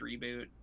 reboot